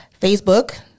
Facebook